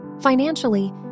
Financially